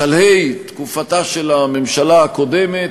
בשלהי תקופתה של הממשלה הקודמת,